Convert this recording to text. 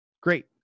Great